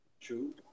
True